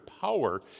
power